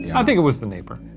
i think it was the neighbor.